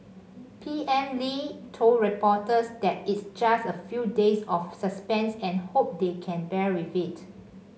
P M Lee told reporters that it's just a few days of suspense and hope they can bear with it